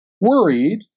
worried